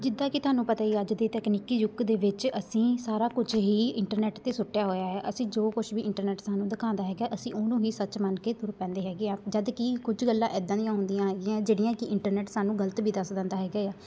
ਜਿੱਦਾਂ ਕਿ ਤੁਹਾਨੂੰ ਪਤਾ ਹੀ ਅੱਜ ਦੇ ਤਕਨੀਕੀ ਯੁੱਗ ਦੇ ਵਿੱਚ ਅਸੀਂ ਸਾਰਾ ਕੁਝ ਹੀ ਇੰਟਰਨੈੱਟ 'ਤੇ ਸੁੱਟਿਆ ਹੋਇਆ ਹੈ ਅਸੀਂ ਜੋ ਕੁਛ ਵੀ ਇੰਟਰਨੈੱਟ ਸਾਨੂੰ ਦਿਖਾਉਂਦਾ ਹੈਗਾ ਅਸੀਂ ਉਹਨੂੰ ਹੀ ਸੱਚ ਮੰਨ ਕੇ ਤੁਰ ਪੈਂਦੇ ਹੈਗੇ ਹਾਂ ਜਦਕਿ ਕੁਝ ਗੱਲਾਂ ਐਦਾਂ ਦੀਆਂ ਹੁੰਦੀਆਂ ਹੈਗੀਆਂ ਜਿਹੜੀਆਂ ਕਿ ਇੰਟਰਨੈੱਟ ਸਾਨੂੰ ਗਲਤ ਵੀ ਦੱਸ ਦਿੰਦਾ ਹੈਗਾ ਆ